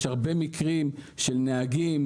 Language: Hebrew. יש הרבה מקרים של נהגים,